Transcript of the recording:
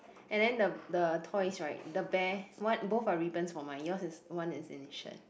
and then the the toys right the bear one both are ribbons for mine yours is one is in his shirt